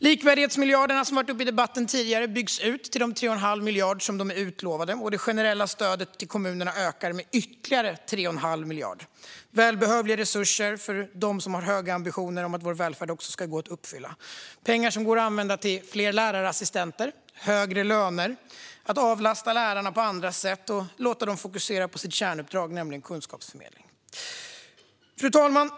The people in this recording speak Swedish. Likvärdighetsmiljarderna, som har varit uppe i debatten tidigare, byggs ut till de 3 1⁄2 miljarder som är utlovade, och det generella stödet till kommunerna ökar med ytterligare 3 1⁄2 miljarder. Detta är välbehövliga resurser för att de höga ambitioner vi har för vår välfärd ska gå att uppfylla. Det är pengar som går att använda till fler lärarassistenter, högre löner, till att avlasta lärarna på andra sätt och låta dem fokusera på sitt kärnuppdrag, nämligen kunskapsförmedling. Fru talman!